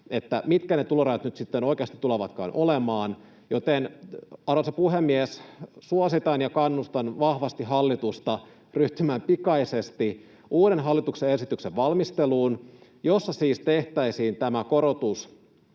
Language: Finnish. tietää, mitkä ne tulorajat nyt sitten oikeasti tulevatkaan olemaan. Joten, arvoisa puhemies, suositan ja kannustan vahvasti hallitusta ryhtymään pikaisesti uuden hallituksen esityksen valmisteluun, jossa siis tehtäisiin tämä korotus